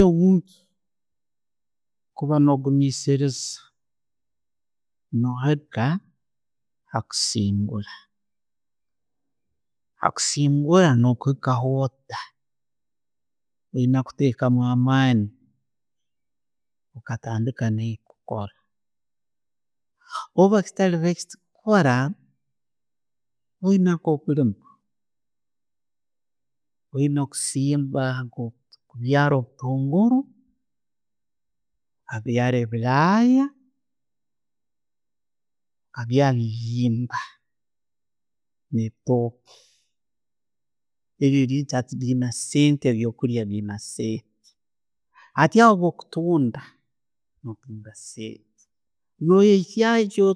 Kuba no'kugumisiiriza, naija akusingura. Hakusingura no'kwiika oho otta, oyine kutekamu amaani. Weba ottarikukora, oyina nka kuliima, byaara butungulu, obyala obulaaya, obyala obutungulu, obyala obuyaara, obyala ebihimba ne'bitooke, ebyo bintu biirimu sente, ebyo byokulya biirimu sente. Hati ebyo bintu bwo kutunda, no' tunga sente no weyaiyayo.